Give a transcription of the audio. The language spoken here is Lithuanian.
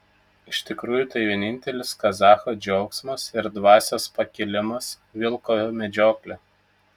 iš tikrųjų tai vienintelis kazacho džiaugsmas ir dvasios pakilimas vilko medžioklė